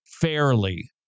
fairly